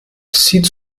sieht